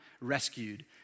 rescued